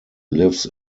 lives